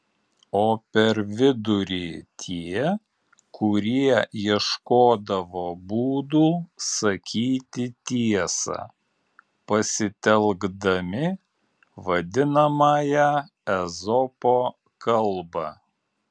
o per vidurį tie kurie ieškodavo būdų sakyti tiesą pasitelkdami vadinamąją ezopo kalbą